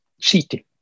cheating